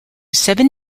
seven